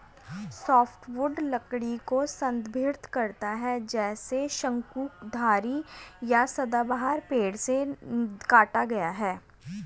softwood लकड़ी को संदर्भित करता है जिसे शंकुधारी या सदाबहार पेड़ से काटा गया है